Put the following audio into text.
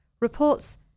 reports